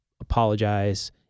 apologize